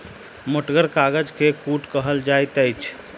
मोटगर कागज के कूट कहल जाइत अछि